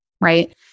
Right